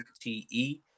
T-E